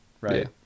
right